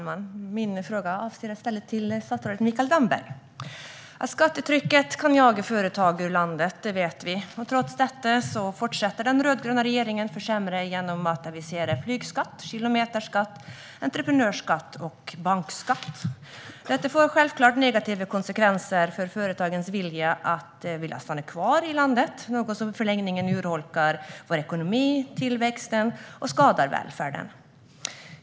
Fru talman! Jag riktar min fråga till statsrådet Mikael Damberg. Att skattetrycket kan jaga företag ur landet vet vi. Trots detta fortsätter den rödgröna regeringen att försämra genom att avisera flygskatt, kilometerskatt, entreprenörskatt och bankskatt. Detta får självklart negativa konsekvenser för företagens vilja att stanna kvar i landet, något som i förlängningen urholkar vår ekonomi och tillväxt och skadar välfärden.